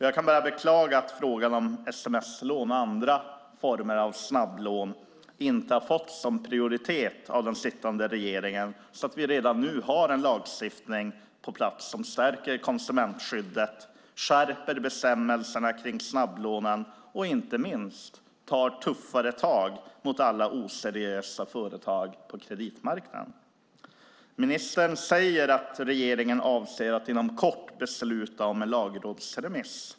Jag kan bara beklaga att frågan om sms-lån och andra snabblån inte har fått sådan prioritet av den sittande regeringen att vi redan nu har en lagstiftning på plats som stärker konsumentskyddet, skärper bestämmelserna för snabblånen och, inte minst, tar tuffare tag mot alla oseriösa företag på kreditmarknaden. Ministern säger att regeringen avser att inom kort besluta om en lagrådsremiss.